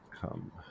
come